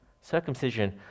Circumcision